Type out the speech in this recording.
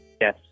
Yes